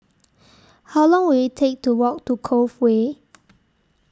How Long Will IT Take to Walk to Cove Way